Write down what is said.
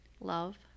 love